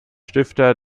stifter